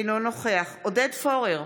אינו נוכח עודד פורר,